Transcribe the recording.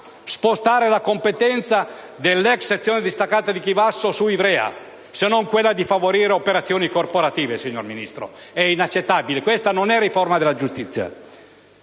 spostare la competenza dell'ex sezione distaccata di Chivasso su Ivrea, se non quella di favorire operazioni corporative? È inaccettabile, questa non è riforma della giustizia.